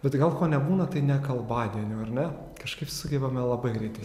bet tai gal ko nebūna tai nekalbadienių ar ne kažkaip sugebame labai greitai